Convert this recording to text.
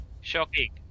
Shocking